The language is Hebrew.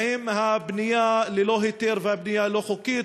עם הבנייה ללא היתר והבנייה הלא-חוקית.